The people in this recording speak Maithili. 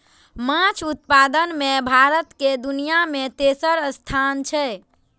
माछ उत्पादन मे भारत के दुनिया मे तेसर स्थान छै